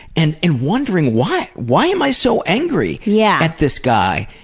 and and wondering, why why am i so angry yeah at this guy?